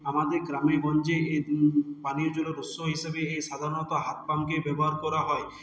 আমাদের গ্রামে গঞ্জে এ পানীয় জলের উৎস হিসাবে এসাধারণত হাতপাম্প কে ব্যবহার করা হয়